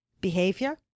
behavior